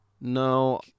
No